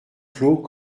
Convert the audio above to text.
clos